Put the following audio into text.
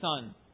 Son